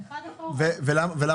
לא.